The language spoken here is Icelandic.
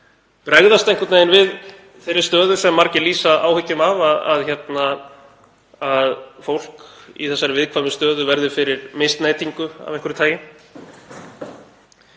bregðast einhvern veginn við þeirri stöðu sem margir lýsa áhyggjum af, að fólk í þessari viðkvæmu stöðu verði fyrir misneytingu af einhverju tagi.